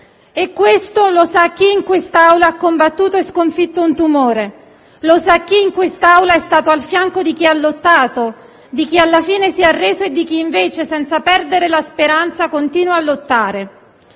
Questo lo sa chi in quest'Aula ha combattuto e sconfitto un tumore, lo sa chi in quest'Aula è stato al fianco di chi ha lottato, di chi alla fine si è arreso e di chi invece, senza perdere la speranza, continua a lottare.